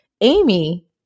Amy